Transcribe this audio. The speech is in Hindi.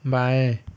बाएँ